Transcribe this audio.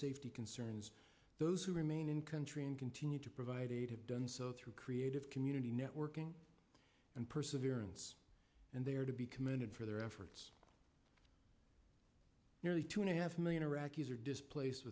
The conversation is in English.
safety concerns those who remain in country and continue to provide aid have done so through creative community networking and perseverance and they are to be commended for their efforts nearly two and a half million iraqis are displaced